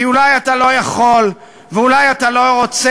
כי אולי אתה לא יכול ואולי אתה לא רוצה,